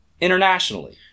internationally